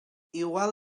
igual